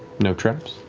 no traps,